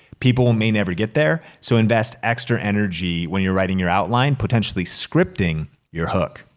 people may never get there. so invest extra energy when you're writing your outline, potentially scripting your hook.